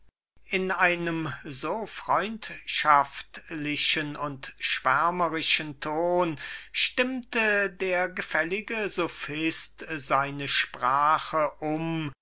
in einem so freundschaftlichen und schwärmerischen ton stimmte der gefällige sophist seine sprache um